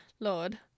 Lord